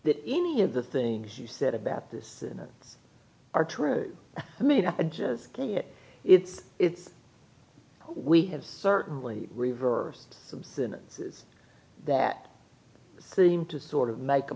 that any of the things you said about this since are true i mean i just can't it's it's we have certainly reversed some sentences that seem to sort of make a